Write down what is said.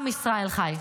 עם ישראל חי.